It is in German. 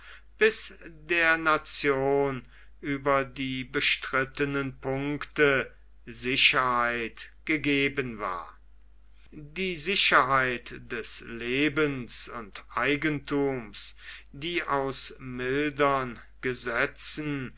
bis der nation über die bestrittenen punkte sicherheit gegeben war die sicherheit des lebens und eigenthums die aus mildern gesetzen